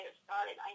started